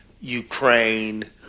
Ukraine